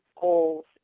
goals